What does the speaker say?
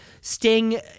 Sting